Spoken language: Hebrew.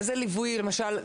איזה ליווי למשל,